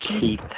Keith